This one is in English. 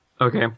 Okay